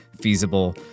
feasible